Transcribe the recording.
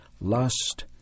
lust